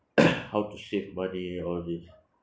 how to save money all this